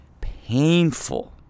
painful